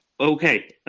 Okay